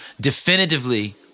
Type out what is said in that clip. definitively